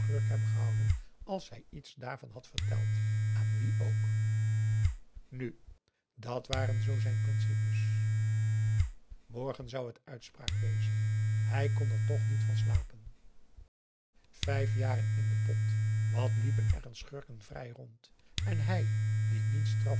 hebben gehouden als hij iets daarvan had verteld aan wien ook nu dat waren zoo zijn principes morgen zou het uitspraak wezen hij kon er toch niet van slapen vijf jaren in den pot wat liepen er een schurken vrij rond en hij die niets